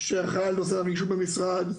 שאחראי על נושא הנגישות במשרד,